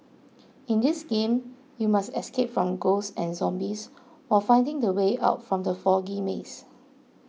in this game you must escape from ghosts and Zombies while finding the way out from the foggy maze